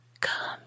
come